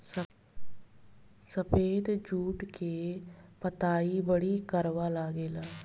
सफेद जुट के पतई बड़ी करवा लागेला